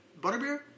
butterbeer